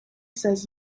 says